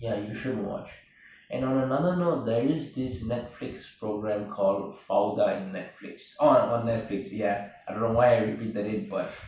ya you should watch and on another note there is this netflix programme called folda in netflix oh oh on netflix ya I don't know why I repeated it but